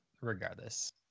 regardless